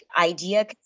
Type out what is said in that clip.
idea